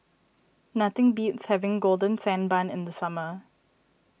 nothing beats having Golden Sand Bun in the summer